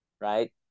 Right